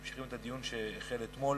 ממשיכים את הדיון שהחל אתמול,